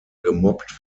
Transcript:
gemobbt